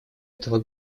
этого